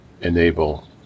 enable